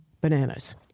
bananas